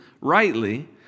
rightly